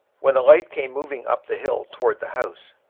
when a light came moving up the hill towards the house.